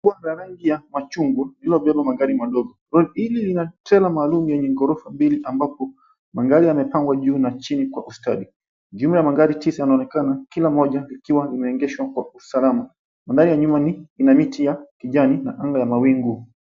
Lori kubwa ya rangi ya machungwa iliyobeba magari madogo. Lori hili lina trela maalum yenye ghorofa mbili ambapo magari yamepangwa juu na chini kwa ustadi. Jumla ya magari yanaonekana kila moja likiwa limeegeshwa kwa usalama. Mandhari ya nyuma ni ina miti ya kijani na anga ya mawingu.